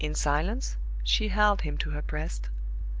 in silence she held him to her breast,